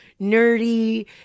nerdy